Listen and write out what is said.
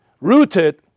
rooted